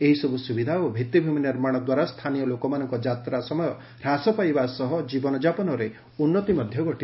ଏହିସବୁ ସୁବିଧା ଓ ଭିଭିମି ନିର୍ମାଣ ଦ୍ୱାରା ସ୍ଥାନୀୟ ଲୋକମାନଙ୍କ ଯାତ୍ରା ସମୟ ହ୍ରାସପାଇବା ସହ ଜୀବନଯାପନରେ ଉନ୍ନତି ଘଟିବ